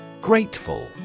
Grateful